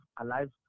alive